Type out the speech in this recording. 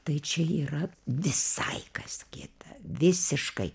tai čia yra visai kas kita visiškai